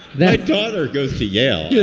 that daughter goes to yale, yeah